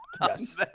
Yes